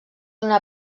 una